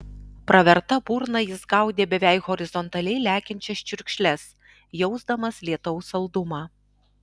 praverta burna jis gaudė beveik horizontaliai lekiančias čiurkšles jausdamas lietaus saldumą